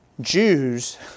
Jews